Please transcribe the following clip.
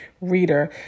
reader